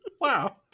Wow